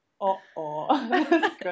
oh-oh